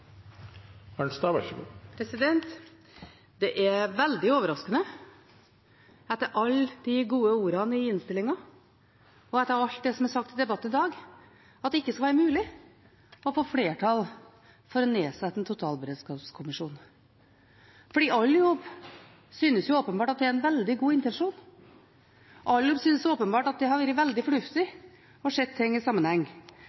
veldig overraskende – etter alle de gode ordene i innstillingen og etter alt det som er sagt i debatten i dag – at det ikke skal være mulig å få flertall for å nedsette en totalberedskapskommisjon. For alle i hop synes åpenbart at det er en veldig god intensjon, alle i hop synes åpenbart at det hadde vært veldig